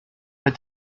mit